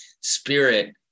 spirit